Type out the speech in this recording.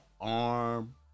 arm